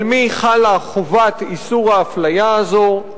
על מי חלה חובת איסור האפליה הזאת.